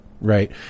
right